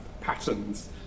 patterns